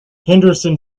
henderson